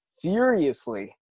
furiously